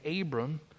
Abram